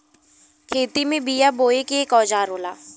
खेती में बिया बोये के एक औजार होला